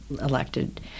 elected